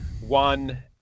one